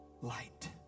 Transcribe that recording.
Light